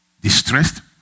distressed